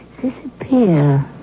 Disappear